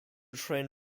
train